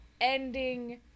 ending